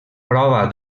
prova